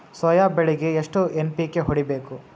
Soya ಬೆಳಿಗಿ ಎಷ್ಟು NPK ಹೊಡಿಬೇಕು?